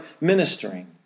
ministering